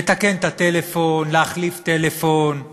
לתקן את הטלפון, להחליף טלפון,